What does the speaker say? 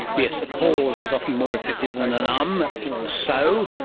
yes, a pause is often more effective than an um or a so.